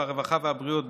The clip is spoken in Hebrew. הרווחה והבריאות,